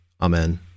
Amen